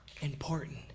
important